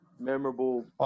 Memorable